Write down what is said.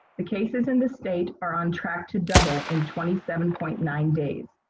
the cases in this state are on track to double in twenty seven point nine days.